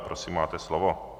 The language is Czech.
Prosím, máte slovo.